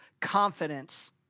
confidence